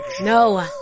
No